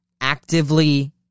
actively